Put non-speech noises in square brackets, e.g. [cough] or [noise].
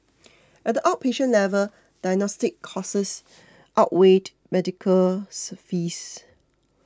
at the outpatient level diagnostic costs outweighed medical [noise] fees